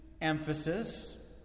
emphasis